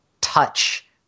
touch